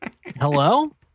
Hello